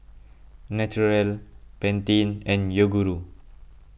Naturel Pantene and Yoguru